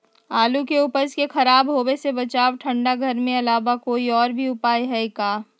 आलू के उपज के खराब होवे से बचाबे ठंडा घर के अलावा कोई और भी उपाय है का?